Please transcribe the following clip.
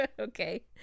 Okay